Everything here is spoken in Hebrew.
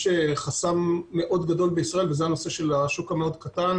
יש חסם מאוד גדול בישראל זה הנושא של השוק המאוד קטן,